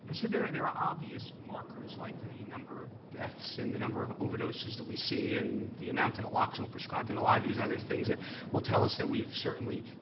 so there are there are obvious markers, like the number of deaths and the number of overdoses that we see and the amount of naloxone prescribed and a lot of these other things that will tell us that we've certainly,